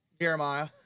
Jeremiah